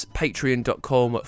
patreon.com